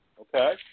okay